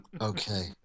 Okay